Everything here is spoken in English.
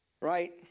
right